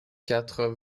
quatre